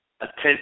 attention